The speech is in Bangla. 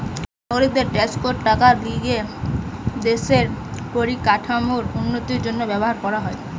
নাগরিকদের ট্যাক্সের টাকা লিয়ে দেশের পরিকাঠামোর উন্নতির জন্য ব্যবহার করা হয়